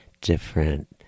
different